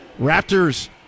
Raptors